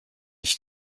ich